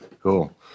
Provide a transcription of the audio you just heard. Cool